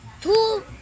Two